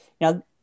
Now